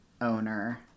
owner